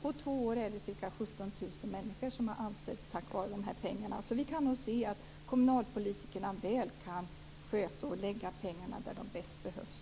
På två år är det ca 17 000 människor som anställts tack vare dessa pengar. Vi kan nog säga att kommunpolitikerna väl kan sköta det och lägga pengarna där de bäst behövs.